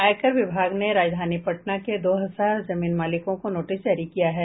आयकर विभाग ने राजधानी पटना के दो हजार जमीन मालिकों को नोटिस जारी किया है